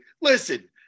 listen